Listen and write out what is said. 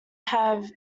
have